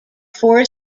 four